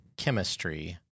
chemistry